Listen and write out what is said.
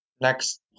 next